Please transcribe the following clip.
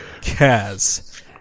Kaz